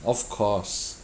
of course